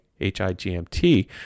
HIGMT